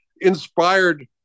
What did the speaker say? inspired